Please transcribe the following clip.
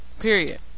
period